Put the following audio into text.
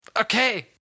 Okay